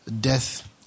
death